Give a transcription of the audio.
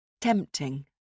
Tempting